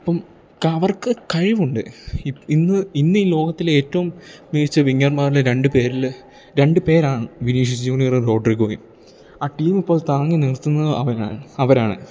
അപ്പം അവർക്ക് കഴിവ് ഉണ്ട് ഇപ്പം ഇന്ന് ഇന്ന് ഈ ലോകത്തിലെ ഏറ്റോം മികച്ച വിങ്ങർമാരുടെ രണ്ട് പേരിൽ രണ്ട് പേരാണ് വിനീഷ്യസ് ജൂന്യറും റോഡ്റിഗോയും ആ ടീമിപ്പോൾ താങ്ങി നിർത്തുന്നത് അവനാണ് അവരാണ്